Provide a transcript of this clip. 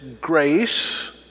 grace